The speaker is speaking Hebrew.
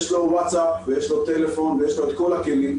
יש לו ווטסאפ ויש לו טלפון ויש לו כל הכלים.